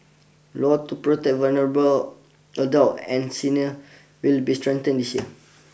laws to protect vulnerable adults and seniors will be strengthened this year